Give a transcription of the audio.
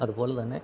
അതുപോലെത്തന്നെ